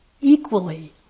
equally